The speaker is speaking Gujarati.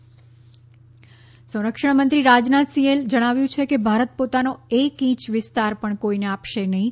લોકસભા રાજનાથ સંરક્ષણમંત્રી રાજનાથસિંહે જણાવ્યું છે કે ભારત પોતાનો એક ઇંચ વિસ્તાર પણ કોઈને આપશે નહીં